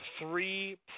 three